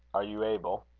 are, you able?